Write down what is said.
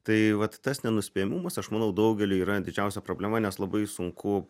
tai vat tas nenuspėjamumas aš manau daugeliui yra didžiausia problema nes labai sunku